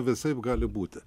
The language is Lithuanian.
visaip gali būti